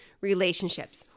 relationships